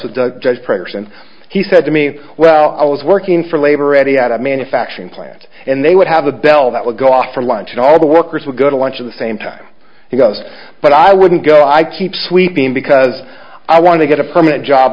the judge pressures and he said to me well i was working for labor ready at a manufacturing plant and they would have a bell that would go off for lunch and all the workers would go to lunch at the same time he goes but i wouldn't go i keep sweeping because i want to get a permanent job